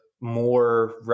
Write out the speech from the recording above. more